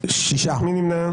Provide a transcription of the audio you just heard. מי נמנע?